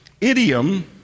Idiom